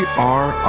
are.